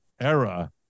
era